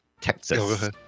Texas